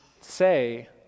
say